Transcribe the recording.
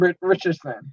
Richardson